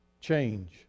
change